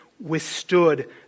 withstood